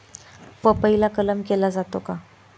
पपईला कलम केला जातो का?